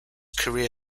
career